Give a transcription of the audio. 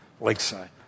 lakeside